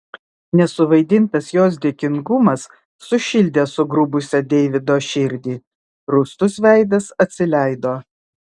nesuvaidintas jos dėkingumas sušildė sugrubusią deivido širdį rūstus veidas atsileido